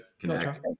connect